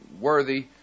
worthy